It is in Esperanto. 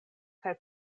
kaj